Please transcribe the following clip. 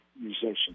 musician